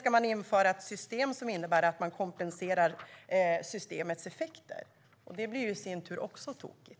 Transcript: Ska man införa ett system som innebär att man kompenserar systemets effekter? Det blir i sin tur också tokigt.